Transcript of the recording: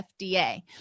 FDA